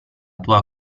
tua